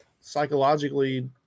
psychologically